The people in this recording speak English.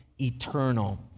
eternal